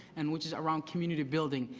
and which is around community building.